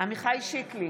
עמיחי שיקלי,